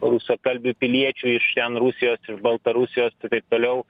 rusakalbių piliečių iš ten rusijos iš baltarusijos ir taip toliau